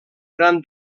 gran